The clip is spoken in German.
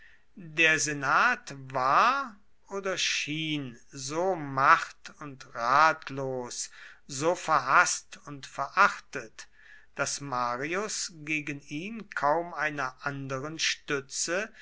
der senat war oder schien so macht und ratlos so verhaßt und verachtet daß marius gegen ihn kaum einer anderen stütze